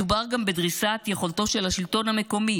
מדובר גם בדריסת יכולתו של השלטון המקומי